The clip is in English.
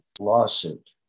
lawsuit